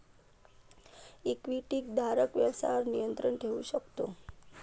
इक्विटीधारक व्यवसायावर नियंत्रण ठेवू शकतो